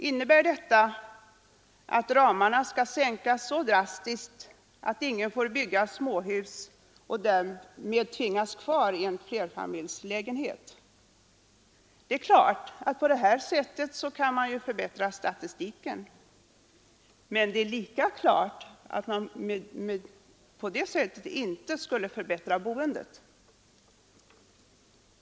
Innebär uttalandet att ramarna skall sänkas så drastiskt att ingen får bygga småhus och att människor därmed tvingas kvar i lägenheter i flerfamiljshus? På det viset kan man ju förbättra statistiken, men det är lika klart att man på det sättet inte kan förbättra boendet.